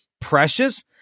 precious